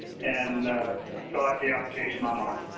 and fill out the application online.